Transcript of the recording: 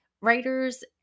writers